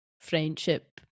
friendship